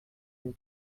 and